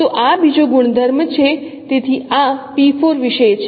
તો આ બીજો ગુણધર્મ છે તેથી આ વિશે છે